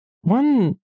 One